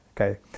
Okay